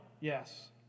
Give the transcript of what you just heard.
Yes